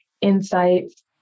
insights